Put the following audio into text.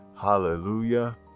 Hallelujah